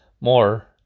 more